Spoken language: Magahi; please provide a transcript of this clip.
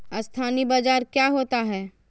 अस्थानी बाजार क्या होता है?